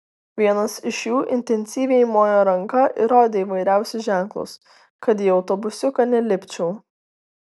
vienas iš jų intensyviai mojo ranka ir rodė įvairiausius ženklus kad į autobusiuką nelipčiau